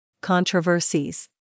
Controversies